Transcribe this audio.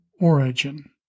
origin